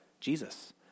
Jesus